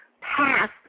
passed